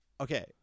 Okay